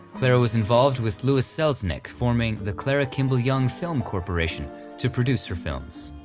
clara was involved with lewis selznick forming the clara kimball young film corporation to produce her films.